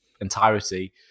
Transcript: Entirety